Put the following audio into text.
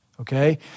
Okay